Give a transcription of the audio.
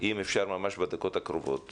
אם אפשר ממש בדקות הקרובות